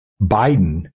Biden